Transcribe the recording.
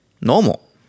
normal